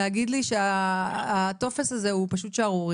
להגיד לי שהטופס הזה הוא פשוט שערורייה.